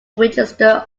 register